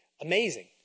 Amazing